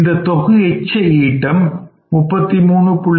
இந்த தொகு எச்ச ஈட்டம் 33